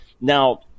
Now